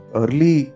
early